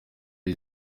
ari